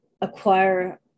acquire